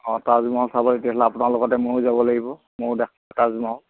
অঁ তাজমহল চাবলৈ তেতিয়াহ'লে আপোনাৰ লগতে ময়ো যাব লাগিব ময়ো দেখা নাই তাজমহল